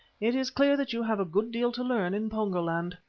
it is clear that you have a good deal to learn in pongo-land.